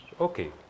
okay